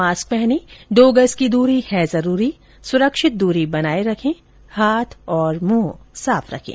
mask पहनें दो गज की दूरी है जरूरी सुरक्षित दूरी बनाए रखें हाथ और मुंह साफ रखें